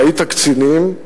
ראית קצינים,